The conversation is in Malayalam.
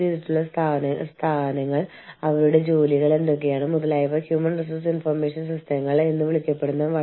ലോകബാങ്കും ഇന്ത്യൻ മോണിറ്ററി ഫണ്ടും ക്ഷമിക്കണം ഇന്റർനാഷണൽ മോണിറ്ററി ഫണ്ട്